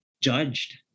judged